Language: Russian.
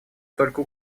только